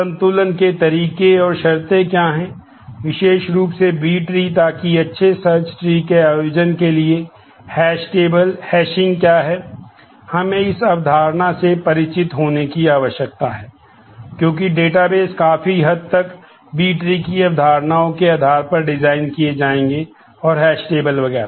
संतुलन के तरीके और शर्तें क्या हैं विशेष रूप से बी ट्री की अवधारणाओं के आधार पर डिजाइन किए जाएंगे और हैश टेबल वगैरह